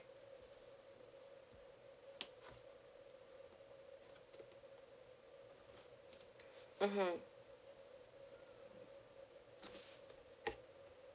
mmhmm